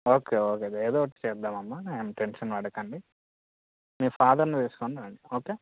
okay okay ఏదో ఒకటి చేద్దాం అమ్మ అండ్ ఏమి టెన్షన్ పడకండి మీ ఫాదర్ని తీసుకొని రండి ఓకే